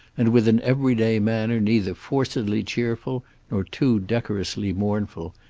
and with an everyday manner neither forcedly cheerful nor too decorously mournful,